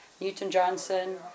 Newton-Johnson